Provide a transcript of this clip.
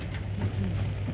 because